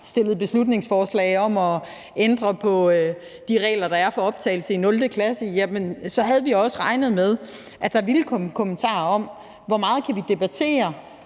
fremsat beslutningsforslag om at ændre på de regler, der er for optagelse i 0. klasse; og vi havde også regnet med, at der ville komme kommentarer om, hvor meget vi kan debattere